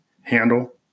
handle